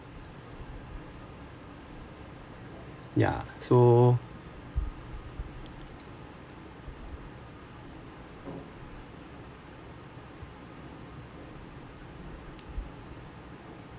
yeah so